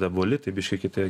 dar buvo litai biški kiti